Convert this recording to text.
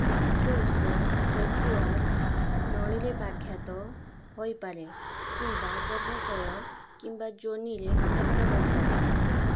ମାତୃ ଉତ୍ସ ନଳୀରେ ବ୍ୟାଘାତ ହୋଇପାରେ କିମ୍ବା ଗର୍ଭାଶୟ କିମ୍ବା ଯୋନିରେ କ୍ଷତ ହୋଇପାରେ